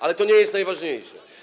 Ale to nie jest najważniejsze.